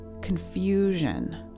confusion